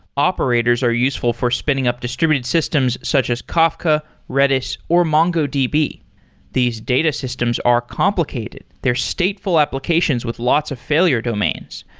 operators are useful for spinning up distributed systems, such as kafka, redis or mongodb. these data systems are complicated. they're stateful applications with lots of failure domains.